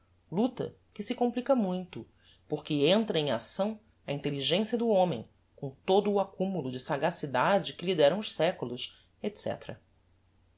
luta que se complica muito porque entra em acção a intelligencia do homem com todo o accumulo de sagacidade que lhe deram os seculos